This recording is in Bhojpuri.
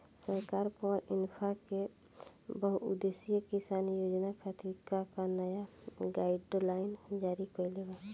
सरकार पॉवरइन्फ्रा के बहुउद्देश्यीय किसान योजना खातिर का का नया गाइडलाइन जारी कइले बा?